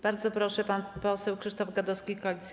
Bardzo proszę, pan poseł Krzysztof Gadowski, Koalicja